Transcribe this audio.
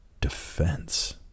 defense